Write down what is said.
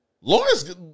Lawrence